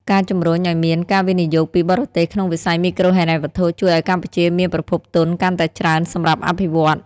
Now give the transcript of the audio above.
ការជំរុញឱ្យមានការវិនិយោគពីបរទេសក្នុងវិស័យមីក្រូហិរញ្ញវត្ថុ ជួយឱ្យកម្ពុជាមានប្រភពទុនកាន់តែច្រើនសម្រាប់អភិវឌ្ឍន៍។